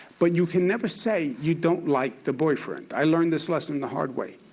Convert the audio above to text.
but you can never say you don't like the boyfriend. i learned this lesson the hard way.